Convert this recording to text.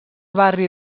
barri